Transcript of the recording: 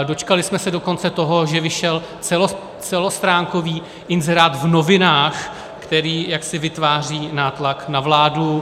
Dočkali jsme se dokonce toho, že vyšel celostránkový inzerát v novinách, který jaksi vytváří nátlak na vládu.